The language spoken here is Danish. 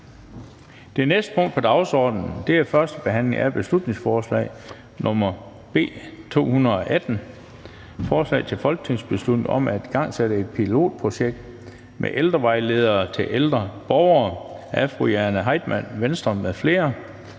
Det næste punkt på dagsordenen er: 3) 1. behandling af beslutningsforslag nr. B 218: Forslag til folketingsbeslutning om at igangsætte et pilotprojekt med ældrevejledere til ældre borgere. Af Jane Heitmann (V) m.fl.